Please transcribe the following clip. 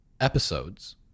episodes